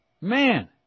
Man